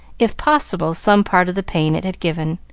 if possible, some part of the pain it had given.